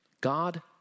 God